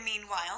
meanwhile